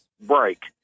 break